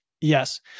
Yes